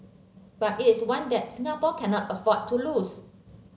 but it is one that Singapore cannot afford to lose